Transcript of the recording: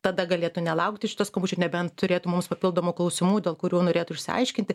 tada galėtų nelaukti šito skambučio nebent turėtų mums papildomų klausimų dėl kurių norėtų išsiaiškinti